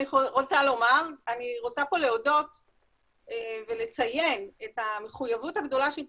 אני רוצה פה להודות ולציין את המחויבות הגדולה של פרופ'